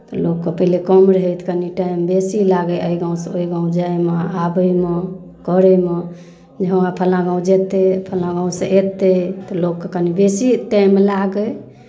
तऽ लोकके पहिले कम रहै तऽ कनि टाइम बेसी लागय एहि गाँवसँ ओहि गाँव जायमे आबयमे करयमे जे हँ फल्लाँ गाँव जेतै फल्लाँ गाँवसँ एतै तऽ लोककेँ कनि बेसी टाइम लागय